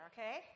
Okay